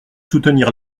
soutenir